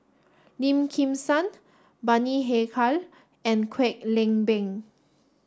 Lim Kim San Bani Haykal and Kwek Leng Beng